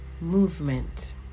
movement